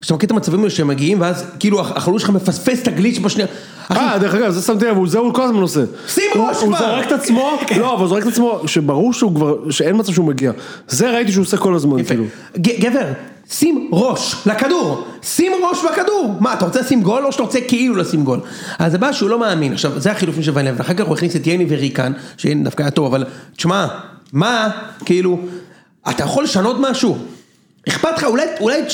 כשאתה מבין את המצבים שהם מגיעים, ואז כאילו החלוץ שלך מפספס את הגליץ' בשנייה. אה, דרך אגב, זה שמתי לב, וזה הוא כל הזמן עושה. שים ראש ב...! הוא זרק את עצמו, לא, אבל הוא זורק את עצמו, שברור שהוא כבר, שאין מצב שהוא מגיע. זה ראיתי שהוא עושה כל הזמן, כאילו. גבר, שים ראש, לכדור! שים ראש בכדור! מה, אתה רוצה לשים גול, או שאתה רוצה כאילו לשים גול? אז זו בעיה שהוא לא מאמין. עכשיו, זה החילופים של ויינב, ואחר כך אנחנו נכניס את יני וריקן, שיני דווקא היה טוב, אבל, תשמע, מה, כאילו, אתה יכול לשנות משהו, אכפת לך, אולי, אולי...